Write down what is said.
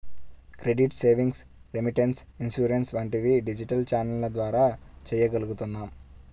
credit, savings, remittance, insurance వంటివి digital ఛానెల్ల ద్వారా చెయ్యగలుగుతున్నాం